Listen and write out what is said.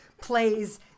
plays